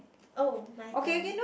oh my turn